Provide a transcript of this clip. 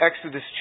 Exodus